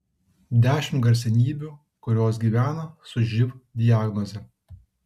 dešimt garsenybių kurios gyvena su živ diagnoze